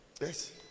Yes